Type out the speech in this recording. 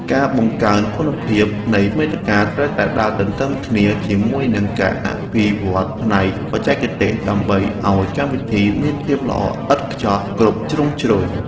ការបង្កើនគុណភាពនៃមាតិកាត្រូវតែដើរទន្ទឹមគ្នាជាមួយនឹងការអភិវឌ្ឍផ្នែកបច្ចេកទេសដើម្បីឱ្យកម្មវិធីមានភាពល្អឥតខ្ចោះគ្រប់ជ្រុងជ្រោយ។